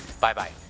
bye-bye